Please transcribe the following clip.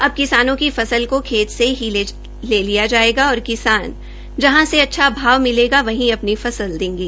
अब किसानों की फसल को खेत से ही ले लिया जायेगा और किसान जहां से अच्छा भाव मिलेगा वहीं अपनी फसल देंगे